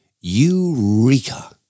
Eureka